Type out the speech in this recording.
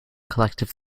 collective